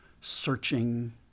searching